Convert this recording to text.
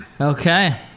okay